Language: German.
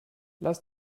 lass